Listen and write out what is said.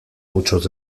muchos